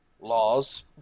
laws